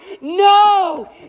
No